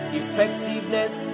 effectiveness